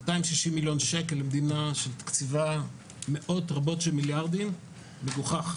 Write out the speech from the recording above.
260 מילון שקל מדינה שתקציבה מאות רבות של מיליארדים מגוחך.